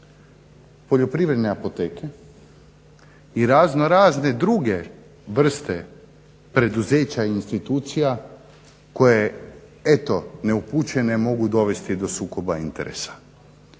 poljoprivredne apoteke i raznorazne druge vrste poduzeća i institucija koje eto neupućene mogu dovesti do sukoba interesa.